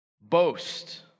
boast